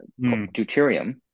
deuterium